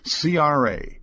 CRA